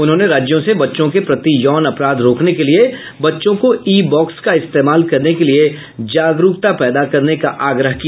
उन्होंने राज्यों से बच्चों के प्रति यौन अपराध रोकने के लिए बच्चों को ई बॉक्स का इस्तेमाल करने के लिए जागरूकता पैदा करने का आग्रह किया